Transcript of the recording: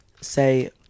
say